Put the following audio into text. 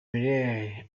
müller